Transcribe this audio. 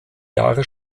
jahre